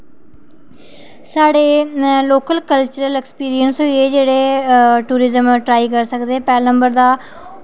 साढ़े लोकल जेह्ड़े एक्सपीरियंस होइये जेह्ड़े टूरीजम ट्राई करी सकदे पैह्लें नंबर तां